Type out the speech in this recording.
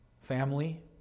family